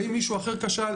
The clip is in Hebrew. האם מישהו אחר כשל?